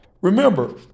Remember